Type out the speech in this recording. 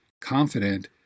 confident